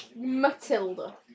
Matilda